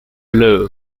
law